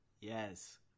Yes